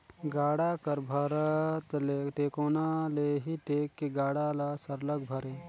गाड़ा कर भरत ले टेकोना ले ही टेक के गाड़ा ल सरलग भरे